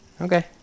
Okay